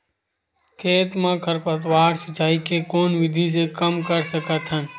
खेत म खरपतवार सिंचाई के कोन विधि से कम कर सकथन?